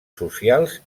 socials